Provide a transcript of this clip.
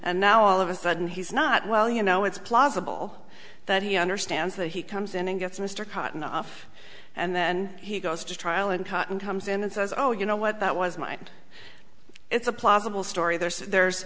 and now all of a sudden he's not well you know it's plausible that he understands that he comes in and gets mr cotton off and then he goes to trial and cotton comes in and says oh you know what that was mine it's a plausible story there's there's